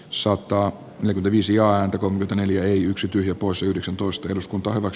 soittaa nyt yli viisi ääntä kun tuto neljä yksi tyhjä poissa yhdeksäntoista eduskunta ovat